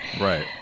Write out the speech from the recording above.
Right